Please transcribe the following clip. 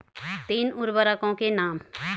तीन उर्वरकों के नाम?